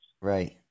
Right